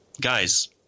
guys